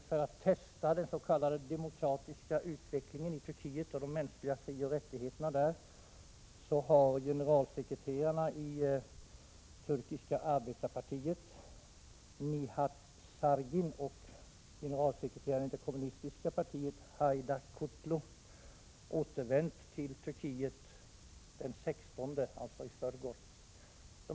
För att testa den s.k. demokratiska utvecklingen i Turkiet och de mänskliga frioch rättigheterna där, återvände generalsekreteraren i turkiska arbetarpartiet Nihat Sargin och generalsekreteraren i det kommunistiska partiet Haydar Kutlu den 16 november, dvs. i förrgår, till landet.